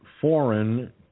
foreign